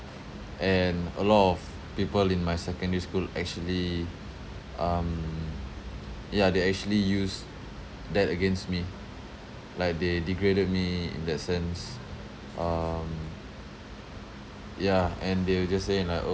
and a lot of people in my secondary school actually um ya they actually use that against me like they degraded me in that sense um yeah and they were just saying like orh you